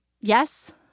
yes